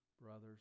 brothers